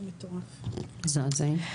מזעזעים.